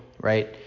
right